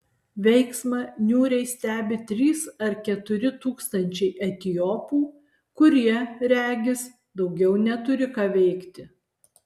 veiksmą niūriai stebi trys ar keturi tūkstančiai etiopų kurie regis daugiau neturi ką veikti